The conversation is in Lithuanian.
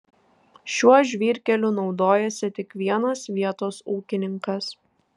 šiuo žvyrkeliu naudojasi tik vienas vietos ūkininkas